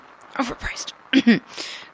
overpriced